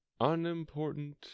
unimportant